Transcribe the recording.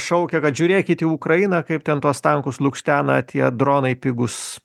šaukia kad žiūrėkit į ukrainą kaip ten tuos tankus lukštena tie dronai pigūs